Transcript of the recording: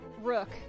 Rook